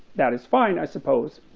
that is fine, i suppose,